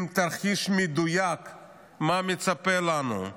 עם תרחיש מדויק מה מצפה לנו,